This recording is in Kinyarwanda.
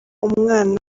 umwana